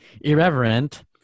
Irreverent